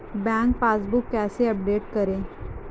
Bank passbook कैसे update करें?